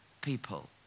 people